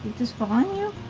just fall on you?